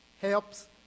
Helps